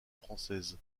française